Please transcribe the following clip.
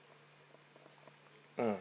mm